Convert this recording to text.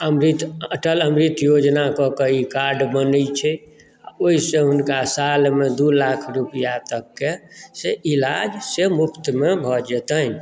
अमृत अटल अमृत योजना कऽ कऽ ई कार्ड बनै छै आ ओहिसँ हुनका सालमे दू लाख रुपया तककेँ ईलाज से मुफ्तमे भऽ जयतनि